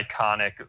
iconic